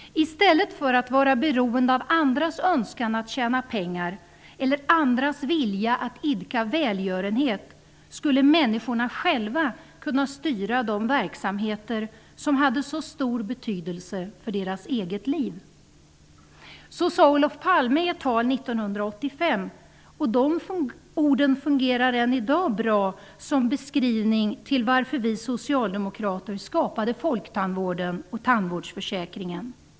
I stället för att vara beroende av andras önskan att tjäna pengar eller andras vilja att idka välgörenhet skulle människorna själva kunna styra de verksamheter som hade så stor betydelse för deras eget liv.'' Så sade Olof Palme i ett tal 1985. De orden fungerar än i dag bra som beskrivning till varför vi socialdemokrater skapade folktandvården och tandvårdsförsäkringen.